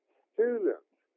students